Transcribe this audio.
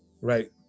Right